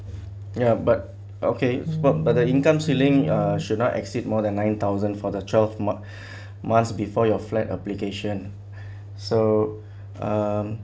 ya but okay spot by the income ceiling uh should not exceed more than nine thousand for the twelve month~ months before your flat application so um